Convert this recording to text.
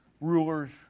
Rulers